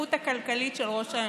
לנכות הכלכלית של ראש הממשלה,